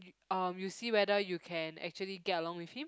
um you see whether you can actually get along with him